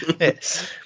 Yes